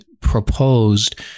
proposed